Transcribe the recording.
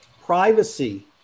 Privacy